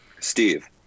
Steve